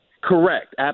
correct